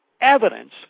evidence